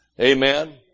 Amen